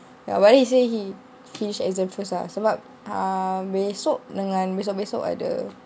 ya but then he say he finish exam first lah sebab besok dengan besok besok ada